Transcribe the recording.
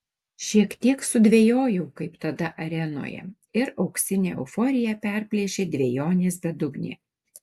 šiek tiek sudvejojau kaip tada arenoje ir auksinę euforiją perplėšė dvejonės bedugnė